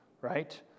right